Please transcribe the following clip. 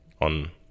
on